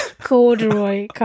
corduroy